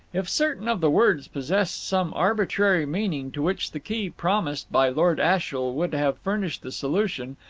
if certain of the words possessed some arbitrary meaning to which the key promised by lord ashiel would have furnished the solution,